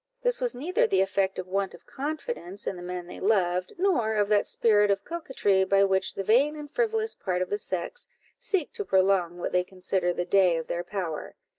this was neither the effect of want of confidence in the men they loved, nor of that spirit of coquetry by which the vain and frivolous part of the sex seek to prolong what they consider the day of their power.